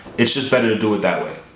it's just better to do it that way.